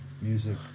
music